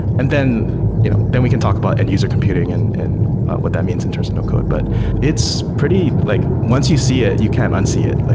and then you know then we can talk about end-user computing and and what that means in terms no-code. but it's pretty like once you see it, you can't un-see it. like